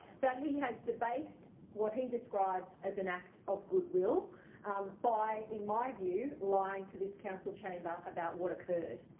that he has debased what he describes as an act of goodwill by in my view lying to this council chamber about what occurred.